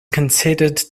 considered